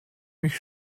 mich